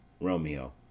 Romeo